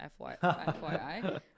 FYI